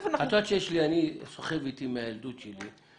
את יודעת שאני סוחב איתי מהילדות שלי,